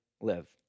live